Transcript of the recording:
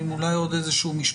אולי עם עוד איזה משפט,